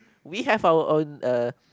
we have our own uh